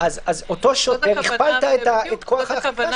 שלא מקובל לשלוח את הסמ"סים האלה בשעות הלילה או בשבתות,